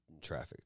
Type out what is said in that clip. traffic